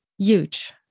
huge